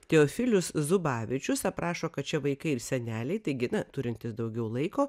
teofilius zubavičius aprašo kad čia vaikai ir seneliai taigi na turintys daugiau laiko